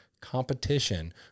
competition